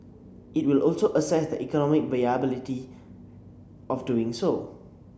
it will also assess the economic viability of doing so